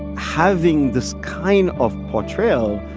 having this kind of portrayal,